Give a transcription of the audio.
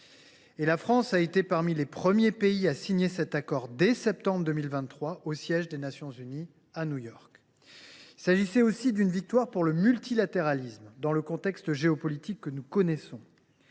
a d’ailleurs été parmi les premiers à signer cet accord, dès septembre 2023, au siège des Nations unies, à New York. C’est aussi une victoire pour le multilatéralisme, dans le contexte géopolitique que nous connaissons